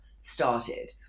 started